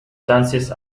chances